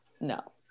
no